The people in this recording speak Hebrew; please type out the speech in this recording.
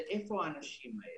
זה איפה האנשים האלה,